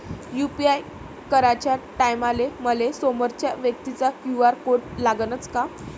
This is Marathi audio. यू.पी.आय कराच्या टायमाले मले समोरच्या व्यक्तीचा क्यू.आर कोड लागनच का?